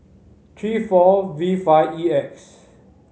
three four V five E X